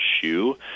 shoe